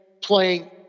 playing